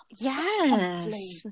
yes